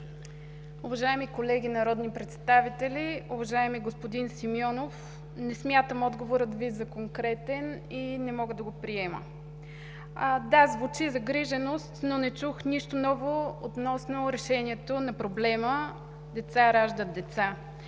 Уважаеми колеги народни представители! Уважаеми господин Симеонов, не смятам отговорът Ви за конкретен и не мога да го приема. Да, звучи загриженост, но не чух нищо ново относно решението на проблема – деца раждат деца.